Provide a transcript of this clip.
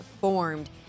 formed